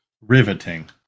Riveting